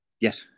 yes